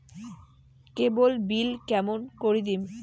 কেবল bill কেমন করি দিম?